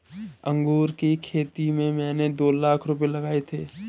अंगूर की खेती में मैंने दो लाख रुपए लगाए थे